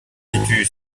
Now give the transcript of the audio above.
situe